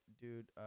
dude